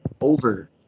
over